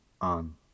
on